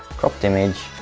cropped image,